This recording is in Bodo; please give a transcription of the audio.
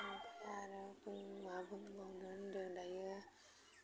ओमफ्राय आरो बुंबा मा बुंबावनो होन्दों दायो